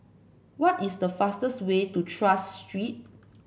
what is the fastest way to Tras Street